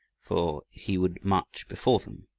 for he would march before them,